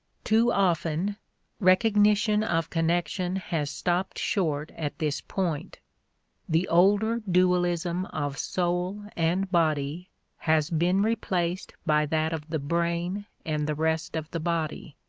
too often recognition of connection has stopped short at this point the older dualism of soul and body has been replaced by that of the brain and the rest of the body.